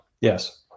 yes